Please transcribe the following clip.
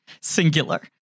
Singular